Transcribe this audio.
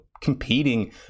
competing